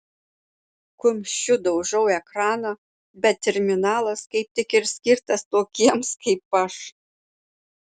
kumščiu daužau ekraną bet terminalas kaip tik ir skirtas tokiems kaip aš